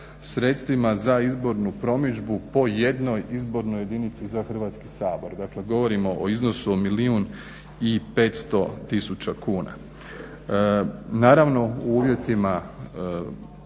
sredstvima za izbornu promidžbu po jednoj izbornoj jedinici za Hrvatski sabor, dakle govorimo o iznosu o milijun i 500 tisuća kuna. Naravno u uvjetima